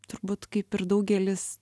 turbūt kaip ir daugelis